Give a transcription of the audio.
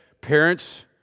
parents